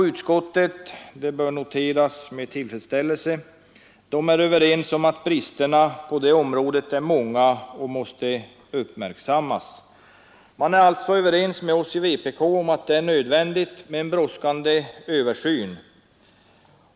Utskottets ledamöter är — det bör noteras med tillfredsställelse — överens om att bristerna på detta område är många och måste uppmärksammas. Man är alltså överens med oss i vpk om att det är nödvändigt med översyn snarast.